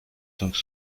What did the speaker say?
cinq